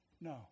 No